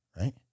Right